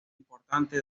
importante